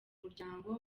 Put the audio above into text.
umuryango